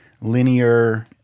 linear